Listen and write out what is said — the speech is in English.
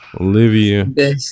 Olivia